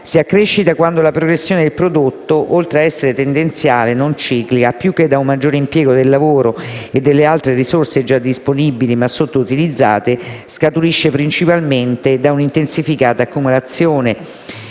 Si ha crescita quando la progressione del prodotto, oltre a essere tendenziale (non ciclica), più che da un maggiore impiego del lavoro e delle altre risorse già disponibili ma sottoutilizzate, scaturisce principalmente da una intensificata accumulazione